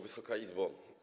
Wysoka Izbo!